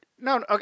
No